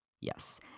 Yes